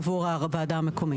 עבור הוועדה המחוזית.